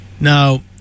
Now